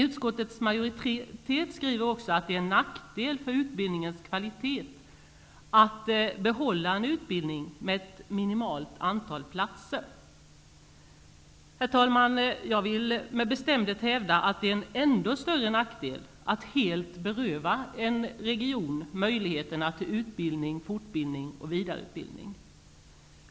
Utskottets majoritet skriver också att det är till nackdel för utbildningens kvalitet att behålla en utbildning med ett minimalt antal platser. Jag vill med bestämdhet hävda att det är en ännu större nackdel att helt beröva en region möjligheterna till utbildning, fortbildning och vidareutbildning.